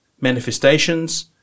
manifestations